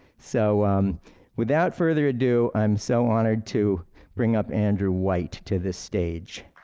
so without further ado, i'm so honored to bring up andrew white to this stage.